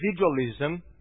Individualism